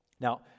Now